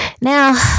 Now